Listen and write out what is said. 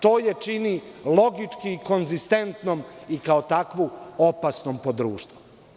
To je čini logički konzistentnom i, kao takvu, opasnom po društvo.